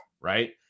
Right